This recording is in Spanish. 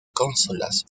consolas